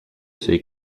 ces